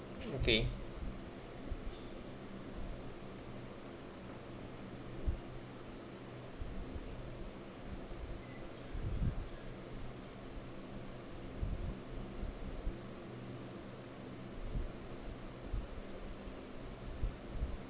okay